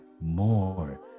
more